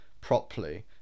properly